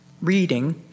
reading